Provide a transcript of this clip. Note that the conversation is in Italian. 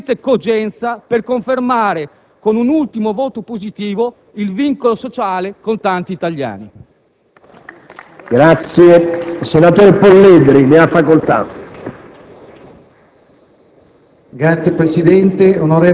ha per la Sinistra Arcobaleno sufficiente cogenza per confermare, con un ultimo voto positivo, il vincolo sociale con tanti italiani.